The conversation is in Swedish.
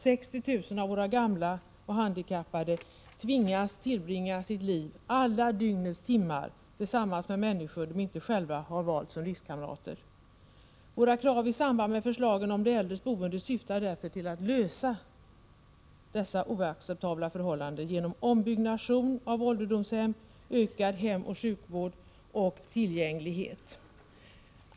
60 000 av våra gamla och handikappade tvingas att tillbringa sitt liv — under alla dygnets timmar — tillsammans med människor som de inte själva har valt som livskamrater. Våra krav i samband med förslagen om de äldres boende syftar därför till att komma till rätta med dessa oacceptabla förhållanden genom ombyggnation av ålderdomshem samt utökad och bättre tillgänglig hemoch sjukvård.